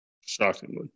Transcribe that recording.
Shockingly